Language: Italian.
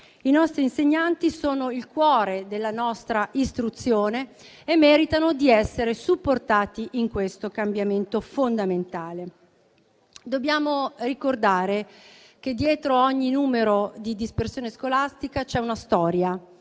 I nostri insegnanti sono il cuore della nostra istruzione e meritano di essere supportati in questo cambiamento fondamentale. Dobbiamo ricordare che dietro ogni numero di dispersione scolastica c'è una storia,